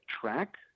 track